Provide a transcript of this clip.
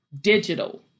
digital